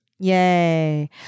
yay